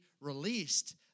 released